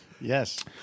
Yes